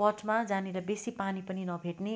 पटमा जहाँनिर बेसी पानी पनि नभेट्ने